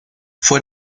fue